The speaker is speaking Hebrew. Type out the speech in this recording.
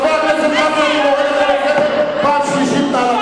חבר הכנסת גפני, אני קורא לך לסדר פעם שנייה.